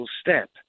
step